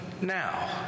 now